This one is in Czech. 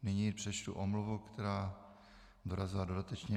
Nyní přečtu omluvu, která dorazila dodatečně.